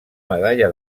medalla